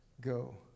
go